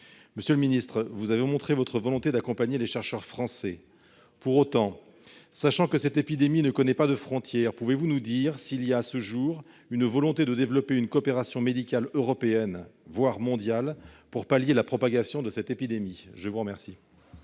Monsieur le ministre, vous avez montré votre volonté d'accompagner les chercheurs français. Pour autant, sachant que cette épidémie ne connaît pas de frontière, pouvez-vous attester d'une volonté commune, à ce jour, de développer une coopération médicale européenne, voire mondiale, pour pallier la propagation de cette épidémie ? La parole